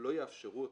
לא יאפשרו אותה.